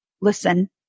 listen